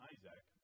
Isaac